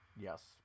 Yes